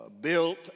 built